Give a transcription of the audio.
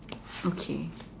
okay